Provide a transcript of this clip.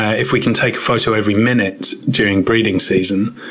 if we can take a photo every minute during breeding season,